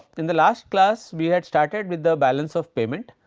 in the last class we had started with the balance of payment,